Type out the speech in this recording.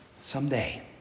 someday